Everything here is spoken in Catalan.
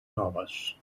noves